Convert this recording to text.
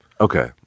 Okay